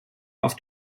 auf